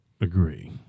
agree